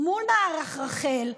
מול מערך רח"ל,